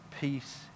peace